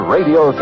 Radio